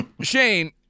Shane